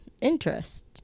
interest